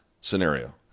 scenario